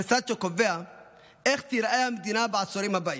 המשרד שקובע איך תיראה המדינה בעשורים הבאים.